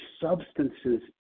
substances